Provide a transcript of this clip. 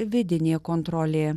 vidinė kontrolė